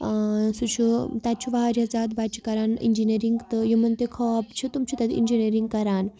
سُہ چھُ تَتہِ چھُ واریاہ زیادٕ بَچہِ کَران اِنجنٔرِنٛگ تہٕ یِمَن تہِ خاب چھِ تِم چھِ تَتہِ اِنجیٖنٔرِنٛگ کَران